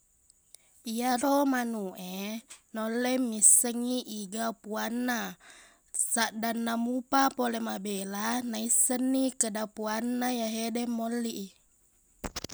Iyaro manuq e, nulle missengngi iga puanna. Saddanna mupa pole mabela, naissenni kkeda puanna yahede mollik i.